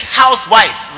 housewife